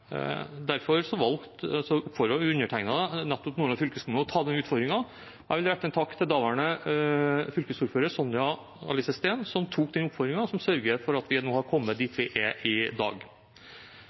Derfor oppfordret undertegnede nettopp Nordland fylkeskommune til å ta den utfordringen. Jeg vil rette en takk til daværende fylkesordfører, Sonja Alice Steen, som tok den oppfordringen og sørget for at vi nå har kommet dit